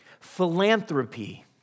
Philanthropy